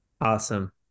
awesome